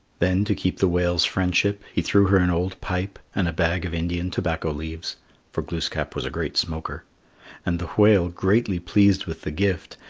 then, to keep the whale's friendship, he threw her an old pipe and a bag of indian tobacco leaves for glooskap was a great smoker and the whale, greatly pleased with the gift,